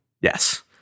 Yes